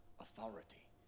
authority